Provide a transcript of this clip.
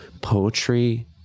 poetry